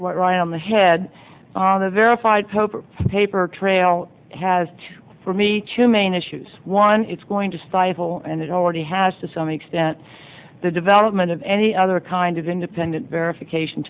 right on the head on a verified hope paper trail has for me two main issues one it's going to stifle and it already has to some extent the development of any other kind of independent verification